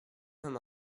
him